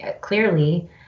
clearly